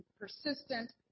persistent